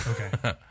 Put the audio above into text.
Okay